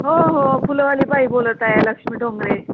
हो हो फुलंवाली बाई बोलत आहे लक्ष्मी ढोंगरे